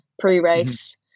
pre-race